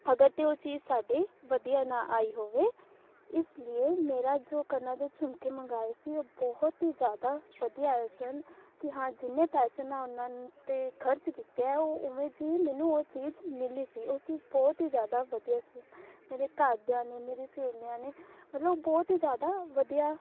ਅਗਰ ਤਾਂ ਉਹ ਚੀਜ਼ ਸਾਡੀ ਵਧੀਆ ਨਾ ਆਈ ਹੋਵੇ ਇਸ ਲਈ ਮੇਰਾ ਜੋ ਕੰਨਾਂ ਦੇ ਝੁਮਕੇ ਮੰਗਵਾਏ ਸੀ ਉਹ ਬਹੁਤ ਹੀ ਜ਼ਿਆਦਾ ਵਧੀਆ ਆਏ ਸਨ ਕਿ ਹਾਂ ਜਿੰਨੇ ਪੈਸੇ ਮੈਂ ਉਹਨਾਂ 'ਤੇ ਖਰਚ ਕੀਤੇ ਹੈ ਉਹ ਉਵੇਂ ਦੀ ਹੀ ਮੈਨੂੰ ਉਹ ਚੀਜ਼ ਮਿਲੀ ਸੀ ਉਹ ਚੀਜ਼ ਬਹੁਤ ਹੀ ਜ਼ਿਆਦਾ ਵਧੀਆ ਸੀ ਮੇਰੇ ਘਰਦਿਆਂ ਨੇ ਮੇਰੀ ਸਹੇਲੀਆਂ ਨੇ ਮਤਲਬ ਬਹੁਤ ਹੀ ਜ਼ਿਆਦਾ ਵਧੀਆ